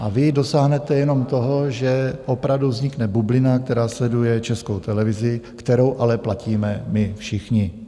Vy dosáhnete jenom toho, že opravdu vznikne bublina, která sleduje Českou televizi, kterou ale platíme my všichni.